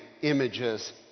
images